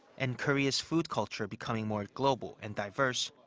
and korea's food culture becoming more global and diverse,